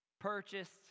purchased